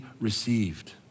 received